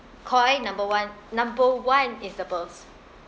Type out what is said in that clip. Koi number one number one is the pearls